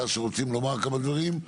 שרוצים לומר כמה דברים?